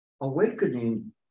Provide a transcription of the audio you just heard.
Awakening